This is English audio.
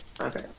Okay